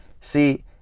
See